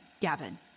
Gavin